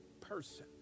person